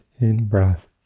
in-breath